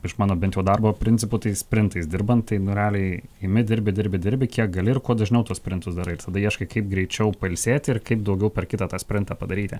iš mano bent jau darbo principų tais sprintais dirbant tai nu realiai imi dirbi dirbi dirbi kiek gali ir kuo dažniau tuos sprintus darai tada ieškai kaip greičiau pailsėti ir kaip daugiau per kitą tą sprintą padaryti